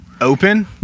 open